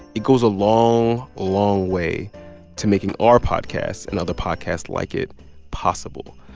it goes a long, long way to making our podcast and other podcasts like it possible.